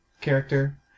character